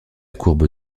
courbe